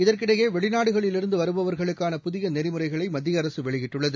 இதற்கிடையேவெளிநாடுகளிலிருந்துவருபவர்களுக்கான புதியநெறிமுறைகளைமத்தியஅரசுவெளியிட்டுள்ளது